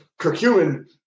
curcumin